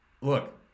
look